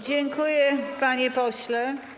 Dziękuję, panie pośle.